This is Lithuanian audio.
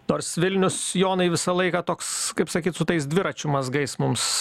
nors vilnius jonai visą laiką toks kaip sakyt su tais dviračių mazgais mums